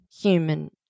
human